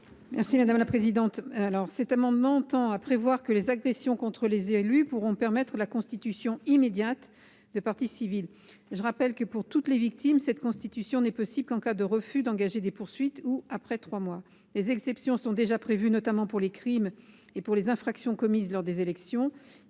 Merci madame la présidente, alors cet amendement tend à prévoir que les agressions contre les élus pourront permettre la constitution immédiate de parties civiles, je rappelle que pour toutes les victimes, cette constitution n'est possible qu'en cas de refus d'engager des poursuites ou après 3 mois, les exceptions sont déjà prévues, notamment pour les crimes et pour les infractions commises lors des élections,